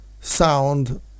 sound